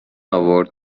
آورد